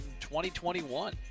2021